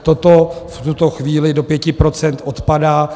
Toto v tuto chvíli do pěti procent odpadá.